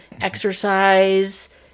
exercise